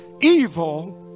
evil